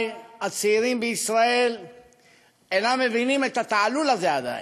הצעירים בישראל אולי אינם מבינים את התעלול הזה עדיין.